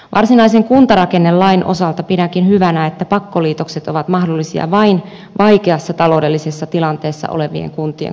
varsinaisen kuntarakennelain osalta pidänkin hyvänä että pakkoliitokset ovat mahdollisia vain vaikeassa taloudellisessa tilanteessa olevien kuntien kohdalla